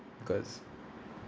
cause